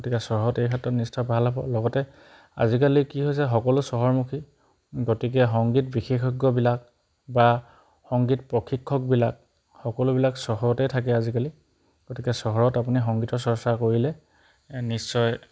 গতিকে চহৰত এই ক্ষেত্ৰত নিশ্চয় ভাল হ'ব লগতে আজিকালি কি হৈছে সকলো চহৰমুখী গতিকে সংগীত বিশেষজ্ঞবিলাক বা সংগীত প্ৰশিক্ষকবিলাক সকলোবিলাক চহৰতে থাকে আজিকালি গতিকে চহৰত আপুনি সংগীতৰ চৰ্চা কৰিলে নিশ্চয়